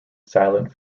silent